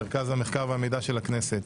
מרכז המחקר והמידע של הכנסת.